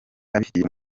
abifitiye